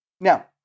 now